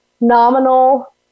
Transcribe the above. nominal